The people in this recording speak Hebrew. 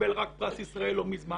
שקיבל פרס ישראל לא מזמן.